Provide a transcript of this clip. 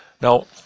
Now